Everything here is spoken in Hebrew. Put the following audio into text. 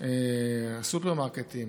הסופרמרקטים